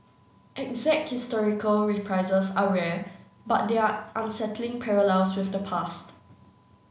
exact historical reprises are rare but there are unsettling parallels with the past